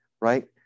right